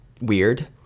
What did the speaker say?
weird